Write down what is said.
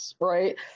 right